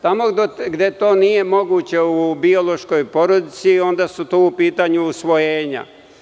Tamo gde to nije moguće u biološkoj porodici, onda su tu u pitanju usvojenja.